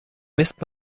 misst